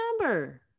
number